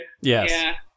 Yes